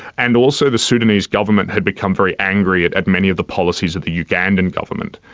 and also the sudanese government had become very angry at at many of the policies of the ugandan government,